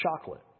chocolate